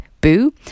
Boo